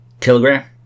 kilogram